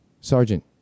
Sergeant